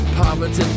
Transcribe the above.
poverty